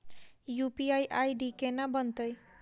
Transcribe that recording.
UPI ID केना बनतै?